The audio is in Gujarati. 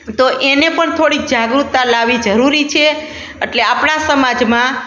તો એને પણ થોડીક જાગૃતતા લાવી જરૂરી છે એટલે આપણા સમાજમાં